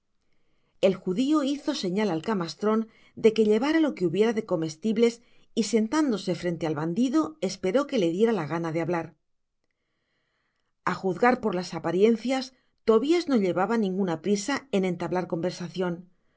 el judio hizo señal al camastron de que llevara lo que hubiera de comestibles y sentándose frente del bandido esperó que le diera la gana de hablar a juzgar por las apariencias tobias no llevaba ninguna prisa de entablar conversacion